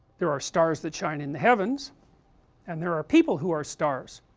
there are stars that shine in the heavens and there are people who are stars